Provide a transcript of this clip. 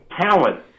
talent